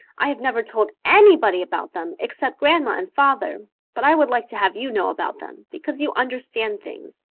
i have never told anybody about them except grandma and father but i would like to have you know about them because you understand things.